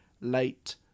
late